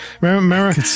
remember